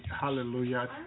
Hallelujah